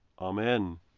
Amen